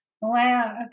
Wow